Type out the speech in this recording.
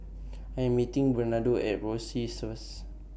I Am meeting Bernardo At Rosyth First